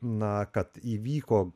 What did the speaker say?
na kad įvyko